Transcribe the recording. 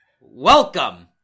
Welcome